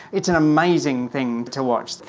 it's an amazing thing to watch.